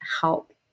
help